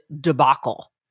debacle